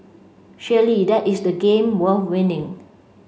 surely that is the game worth winning